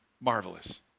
marvelous